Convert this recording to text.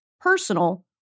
personal